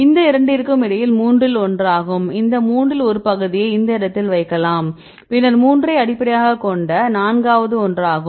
இந்த இரண்டிற்கும் இடையில் மூன்றில் ஒன்றாகும் இந்த மூன்றில் ஒரு பகுதியை இந்த இடத்தில் வைக்கலாம் பின்னர் 3 ஐ அடிப்படையாகக் கொண்ட நான்காவது ஒன்றாகும்